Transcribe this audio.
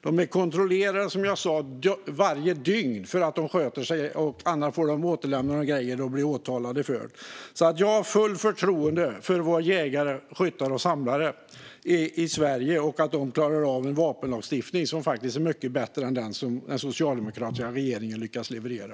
Det kontrolleras som sagt varje dygn att de sköter sig, och annars får de återlämna sina grejer och blir åtalade. Jag har fullt förtroende för våra jägare, skyttar och samlare i Sverige och för att de klarar av en vapenlagstiftning som faktiskt är mycket bättre än den som den socialdemokratiska regeringen lyckades leverera.